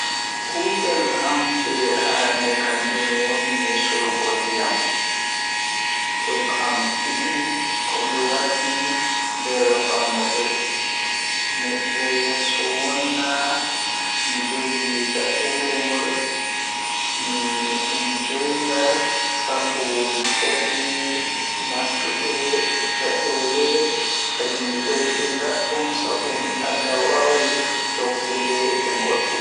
Kuugal am jei Arande kannjum woni sorugo ndiyam Job am ɗiɗi ko mi waɗi nder fannuɓe, miɓɓe so wonaa mi njogii caɗeele ngol. Mi enjoyi ngal sabu mi foti naatude e caɗeele kadi miɗo yiɗi goɗɗum sabu mi aɗa waawi jokkude e goɗɗum